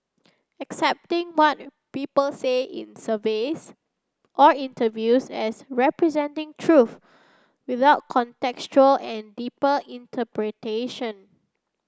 accepting what people say in surveys or interviews as representing truth without contextual and deeper interpretation